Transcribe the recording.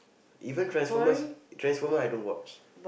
even Transformers Transformers I don't watch